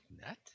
Net